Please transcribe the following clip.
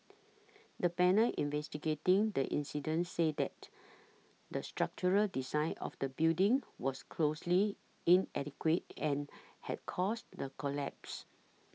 the panel investigating the incident said that the structural design of the building was grossly inadequate and had caused the collapse